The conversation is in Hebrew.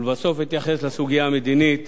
ולבסוף אתייחס לסוגיה המדינית